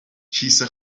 کیسه